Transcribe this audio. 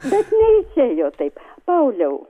bet neišėjo taip pauliau